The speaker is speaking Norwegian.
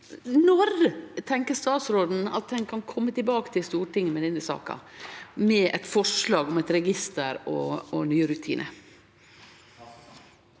Når tenkjer statsråden at ein kan kome tilbake til Stortinget med denne saka – med eit forslag om eit register og nye rutinar?